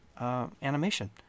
animation